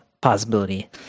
possibility